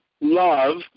love